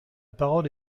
parole